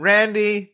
Randy